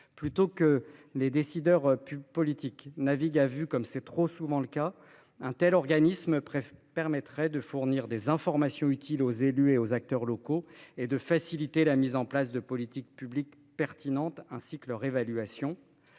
Plutôt que les décideurs politiques naviguent à vue, comme c’est trop souvent le cas, un tel organisme permettrait de fournir des informations utiles aux élus et aux acteurs locaux, facilitant ainsi la mise en place de politiques publiques pertinentes et leur évaluation.